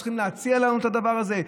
צריכים להציע לנו את הדבר הזה?